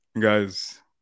Guys